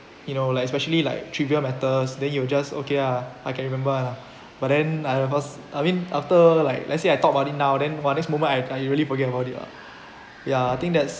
you know like especially like trivial matters then you will just okay ah I can remember lah but then I was I mean after like let's say I talk about it now then !wah! next moment I I really forget about it lah ya I think that's